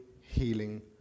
healing